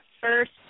first